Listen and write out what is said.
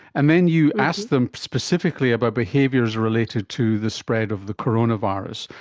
and then you asked them specifically about behaviours related to the spread of the coronavirus.